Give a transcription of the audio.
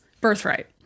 birthright